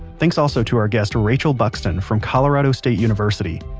thanks also to our guest rachel buxton from colorado state university.